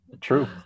true